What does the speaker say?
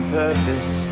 purpose